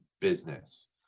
business